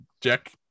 Jack